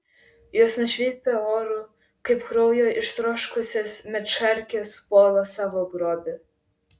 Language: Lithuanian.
jos nušvilpė oru kaip kraujo ištroškusios medšarkės puola savo grobį